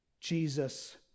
Jesus